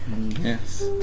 Yes